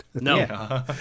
No